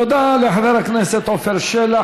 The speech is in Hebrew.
תודה לחבר הכנסת עפר שלח.